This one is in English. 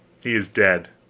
he is dead.